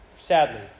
sadly